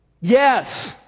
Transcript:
Yes